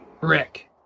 Rick